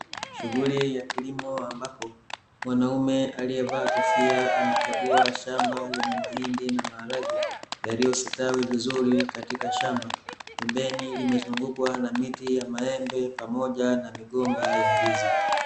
Shughuli ya kilimo ambapo mwanaume aliyevaa kofia anakagua shamba lenye mahindi na maharage, yaliyostawi vizuri katika shamba. Pembeni limezungukwa na miti ya maembe pamoja na migomba ya ndizi.